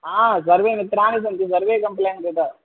सर्वे मित्रानि सन्ति सर्वे कम्प्लेण्ट् ददाति